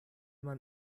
man